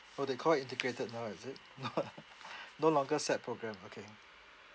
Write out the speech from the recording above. orh they call integrated now is it no longer SAP programme okay